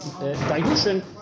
Dilution